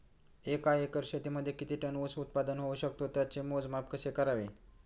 एका एकर शेतीमध्ये किती टन ऊस उत्पादन होऊ शकतो? त्याचे मोजमाप कसे करावे?